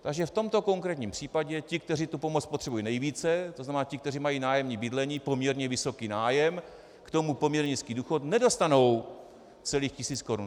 Takže v tomto konkrétním případě ti, kteří tu pomoc potřebují nejvíce, to znamená ti, kteří mají nájemní bydlení, poměrně vysoký nájem, k tomu poměrně nízký důchod, nedostanou celých tisíc korun.